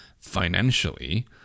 financially